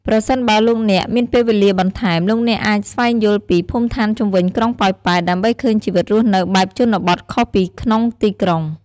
ប្រសិនបើលោកអ្នកមានពេលវេលាបន្ថែម លោកអ្នកអាចស្វែងយល់ពី ភូមិឋានជុំវិញក្រុងប៉ោយប៉ែត ដើម្បីឃើញជីវិតរស់នៅបែបជនបទខុសពីក្នុងទីក្រុង។